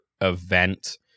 event